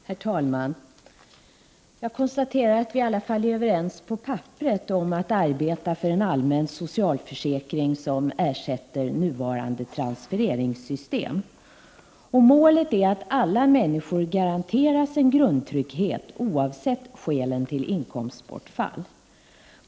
Herr talman! Jag konstaterar att vi i alla fall på papperet är överens om att arbeta för en allmän socialförsäkring som ersätter nuvarande transfereringssystem. Målet är att alla människor garanteras en grundtrygghet oavsett skälen till inkomstbortfall.